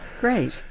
Great